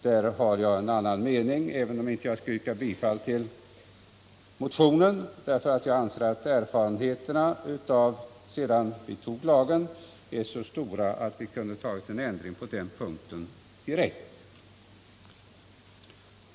Där har jag en annan mening, även om jag inte yrkar bifall till motionen, eftersom jag anser att erfarenheterna sedan lagen antogs är sådana att vi hade kunnat vidta en ändring på den punkten direkt.